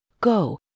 go